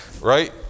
right